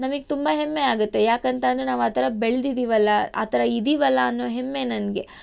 ನಮಿಗೆ ತುಂಬ ಹೆಮ್ಮೆ ಆಗುತ್ತೆ ಯಾಕೆಂತ ಅಂದರೆ ನಾವು ಆ ಥರ ಬೆಳೆದಿದ್ದೀವಲ್ಲ ಆ ಥರ ಇದ್ದೀವಲ್ಲ ಅನ್ನೋ ಹೆಮ್ಮೆ ನನಗೆ